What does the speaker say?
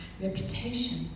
reputation